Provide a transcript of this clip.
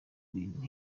bintu